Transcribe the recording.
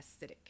acidic